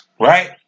right